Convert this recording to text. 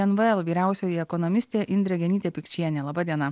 nvs vyriausioji ekonomistė indrė genytė pikčienė laba diena